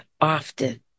often